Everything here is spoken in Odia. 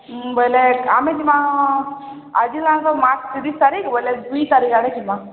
ହୁଁ ବୋଇଲେ ଆମେ ଯିବା ଆଜି ନାଇଁ ତ ମାର୍ଚ୍ଚ ତିରିଶ ତାରିଖ ବୋଇଲେ ଦୁଇ ତାରିଖ ଆଡ଼େ ଯିବା